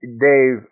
Dave